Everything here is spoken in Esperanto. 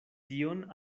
tion